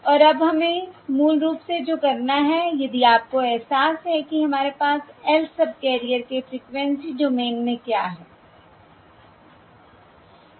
और अब हमें मूल रूप से जो करना है यदि आपको एहसास है कि हमारे पास lth सबकैरियर के फ़्रीक्वेंसी डोमेन में क्या है